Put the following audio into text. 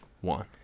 one